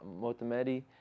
motamedi